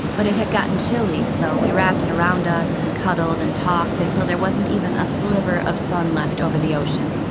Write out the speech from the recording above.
but it had gotten chilly, so we wrapped it around us and cuddled and talked until there wasn't even a sliver of sun left over the ocean.